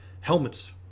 helmets